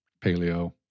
paleo